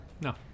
no